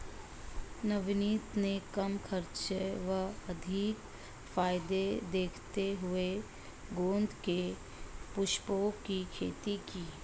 नवनीत ने कम खर्च व अधिक फायदे देखते हुए गेंदे के पुष्पों की खेती की